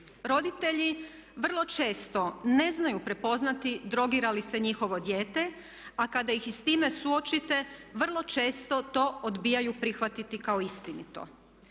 Roditelji vrlo često ne znaju prepoznati drogira li se njihovo dijete, a kada ih i s time suočite vrlo često to odbijaju prihvatiti kao istinito.